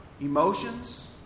emotions